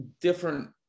different